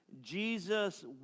Jesus